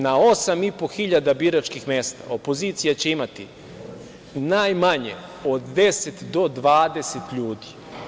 Na osam i po hiljada biračkih mesta opozicija će imati najmanje od 10 do 20 ljudi.